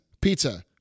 pizza